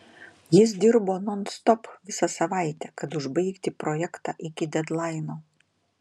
jis dirbo nonstop visą savaitę kad užbaigti projektą iki dedlaino